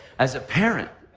as a parent,